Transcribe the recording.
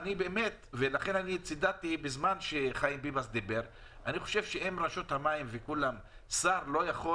לכן צידדתי בזמן שחיים ביבס דיבר כי אם שר לא יכול